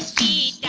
da